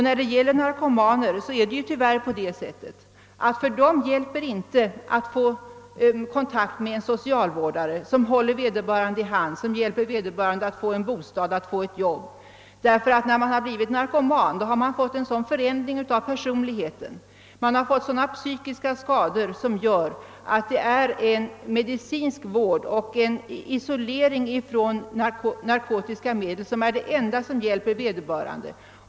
När det gäller narkomaner är det tyvärr så att de blir inte hjälpta av att få kontakt med en socialvårdare, som håller vederbörande i hand, hjälper till med att skaffa bostad och ett jobb, ty när man blivit narkoman har man fått en förändring av personligheten med sådana psykiska skador att medicinsk vård och isolering från narkotikska medel är det enda som hjälper vederbörande.